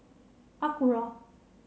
Acura